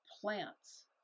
plants